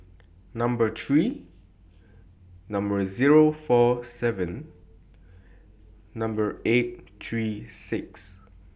Number three Number Zero four seven Number eight three six